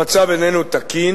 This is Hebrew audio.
המצב אינו תקין,